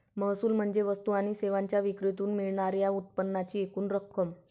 महसूल म्हणजे वस्तू आणि सेवांच्या विक्रीतून मिळणार्या उत्पन्नाची एकूण रक्कम